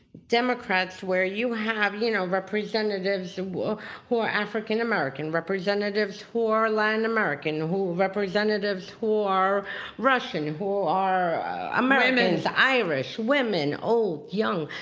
democrats, where you have you know representatives who ah who are african-american, representatives who are latin american, representatives who are russian, who are americans, irish, women, old, young.